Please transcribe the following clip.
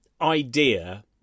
idea